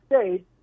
States